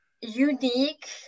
unique